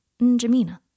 Njamina